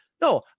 No